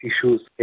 issues